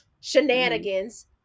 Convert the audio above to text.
shenanigans